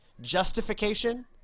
justification